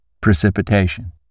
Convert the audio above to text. precipitation